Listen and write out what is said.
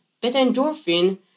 Beta-endorphin